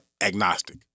agnostic